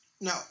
No